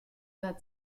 blood